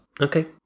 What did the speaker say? Okay